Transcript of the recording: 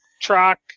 truck